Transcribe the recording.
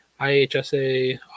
IHSA